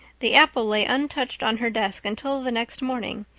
the apple lay untouched on her desk until the next morning,